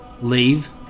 leave